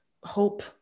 hope